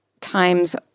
Times